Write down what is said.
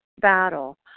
battle